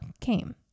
came